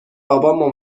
بابا